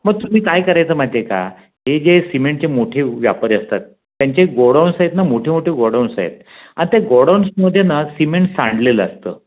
मग तुम्ही काय करायचं माहीत आहे का का हे जे सिमेंटचे मोठे व्यापारी असतात त्यांचे गोडाउन्स आहेत ना मोठे मोठे गोडाउन्स आहेत आणि त्या गोडाउन्समध्ये ना सिमेंट सांडलेलं असतं